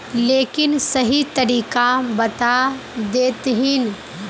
लेकिन सही तरीका बता देतहिन?